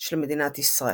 של מדינת ישראל.